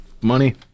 money